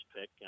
pick